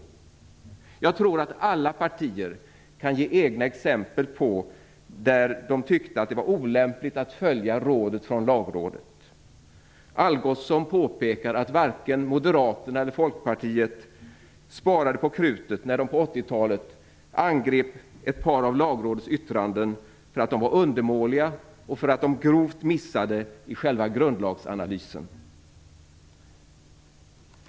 Jag tror att alla partier kan ge egna exempel på situationer då det varit olämpligt att följa Lagrådets råd. Algotsson påpekar att varken Moderaterna eller Folkpartiet sparade på krutet när de på 80-talet angrep ett par av Lagrådets yttranden för att de var undermåliga och för att de grovt missade i själva grundlagsanalysen.